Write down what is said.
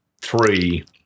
three